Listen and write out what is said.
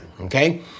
Okay